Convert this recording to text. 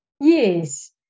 Yes